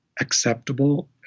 acceptable